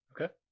Okay